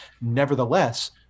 Nevertheless